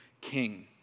king